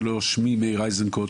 אקריא אותו כעת: "שמי מאיר אזנקוט.